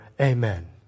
Amen